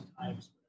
times